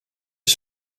een